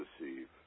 receive